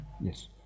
yes